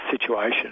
situation